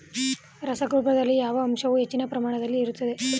ರಸಗೊಬ್ಬರದಲ್ಲಿ ಯಾವ ಅಂಶವು ಹೆಚ್ಚಿನ ಪ್ರಮಾಣದಲ್ಲಿ ಇರುತ್ತದೆ?